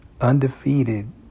undefeated